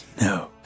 No